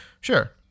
sure